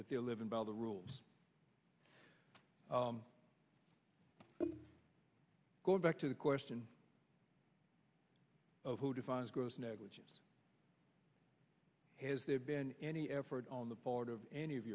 that they are living by the rules going back to the question of who defines gross negligence has there been any effort on the part of any of